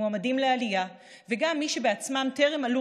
מועמדים לעלייה וגם מי שבעצמם טרם עלו